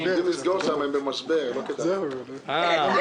הסיעות השונות לא הסכימו לעקרון הביטול והייתה הצעת פשרה להקפאה.